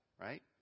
right